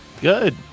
Good